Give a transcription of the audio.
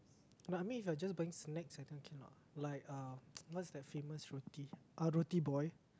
no I mean if you are just buying snacks I think cannot like uh what's that famous roti ah roti-boy